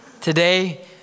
today